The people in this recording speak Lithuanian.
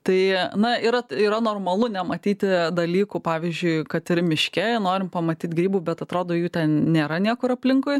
tai na ir yra normalu nematyti dalykų pavyzdžiui kad ir miške norim pamatyt grybų bet atrodo jų ten nėra niekur aplinkui